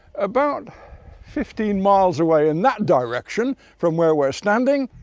about fifteen miles away in that direction from where we're standing,